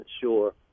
sure